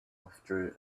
withdrew